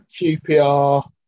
QPR